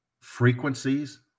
frequencies